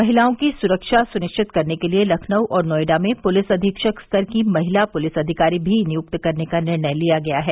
महिलाओं की सुरक्षा सुनिश्चित करने के लिए लखनऊ और नोएडा में पुलिस अधीक्षक स्तर की महिला पुलिस अधिकारी भी नियुक्त करने का निर्णय किया गया है